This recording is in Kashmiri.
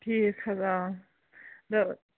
ٹھیٖک حظ آ